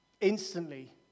Instantly